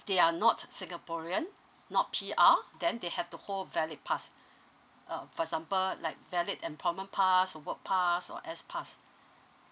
they are not singaporean not she uh then they have the whole valley past uh for example like valid and problem pass will pass or as pass